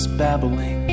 babbling